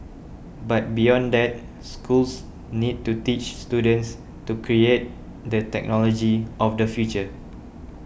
but beyond that schools need to teach students to create the technology of the future